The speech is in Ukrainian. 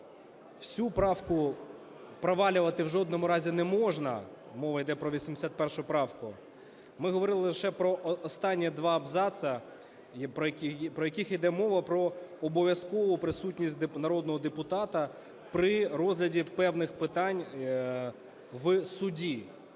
всю правку провалювати в жодному разі не можна, мова йде про 81 правку. Ми говорили лише про останні два абзаци, про які йде мова, про обов'язкову присутність народного депутата при розгляді певних питань в суді.